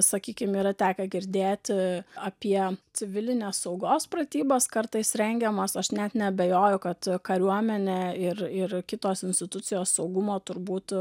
sakykim yra tekę girdėti apie civilinės saugos pratybas kartais rengiamas aš net neabejoju kad kariuomenė ir ir kitos institucijos saugumo turbūt